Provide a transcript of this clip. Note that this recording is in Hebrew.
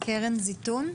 קרן ליפשיץ זיתון.